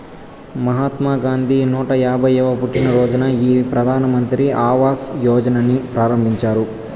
మహాత్మా గాంధీ నూట యాభైయ్యవ పుట్టినరోజున ఈ ప్రధాన్ మంత్రి ఆవాస్ యోజనని ప్రారంభించారు